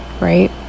right